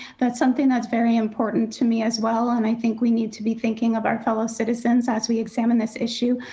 that's something that's very important to me as well. and i think we need to be thinking of our fellow citizens as we examine this issue.